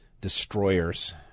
destroyers